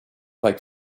like